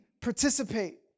participate